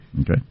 Okay